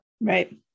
Right